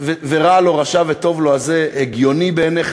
ורע לו ורשע וטוב לו הזה הגיוני בעיניך,